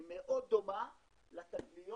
היא מאוד דומה לתגליות